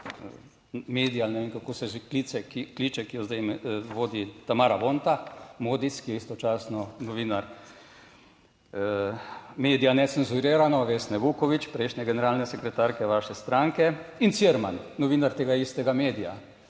medija ali ne vem, kako se že kliče, ki jo zdaj vodi Tamara Vonta. Modic, ki je istočasno novinar Medija necenzurirano, Vesna Vuković prejšnje generalne sekretarke vaše stranke in Cirman novinar tega istega medija,